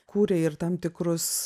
kūrė ir tam tikrus